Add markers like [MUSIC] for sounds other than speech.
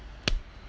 [NOISE]